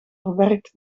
verwerkt